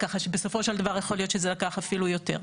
ככה שבסופו של דבר יכול להיות שזה לקח אפילו יותר.